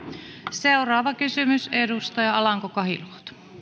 seuraava kysymys edustaja alanko kahiluoto